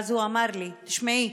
ואז הוא אמר: תשמעי,